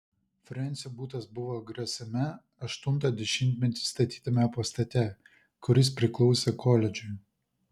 frensio butas buvo grasiame aštuntą dešimtmetį statytame pastate kuris priklausė koledžui